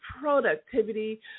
productivity